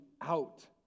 out